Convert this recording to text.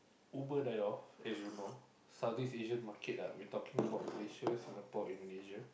Uber died off as you know Southeast Asian market ah we talking about Malaysia Singapore Indonesia